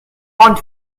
font